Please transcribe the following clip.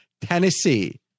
Tennessee